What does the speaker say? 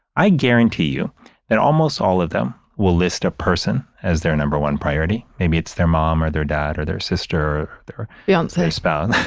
i guarantee you that almost all of them will list a person as their number one priority. maybe it's their mom or their dad or their sister, their fiance their spouse.